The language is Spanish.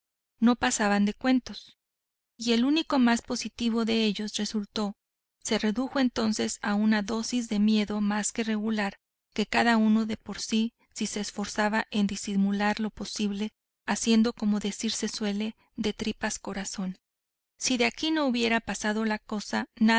no pasaban de cuentos y el único mal positivo que de ello resultó se redujo entonces a una dosis de miedo más que regular que cada uno de por sí se esforzaba en disimular lo posible haciendo como decirse suele de tripas corazón si de aquí no hubiera pasado la cosa